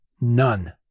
none